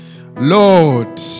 Lord